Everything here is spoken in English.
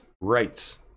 rights